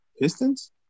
Pistons